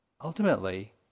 ultimately